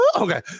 okay